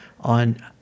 on